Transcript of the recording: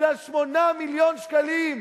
בגלל 8 מיליון שקלים.